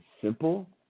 simple